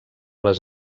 les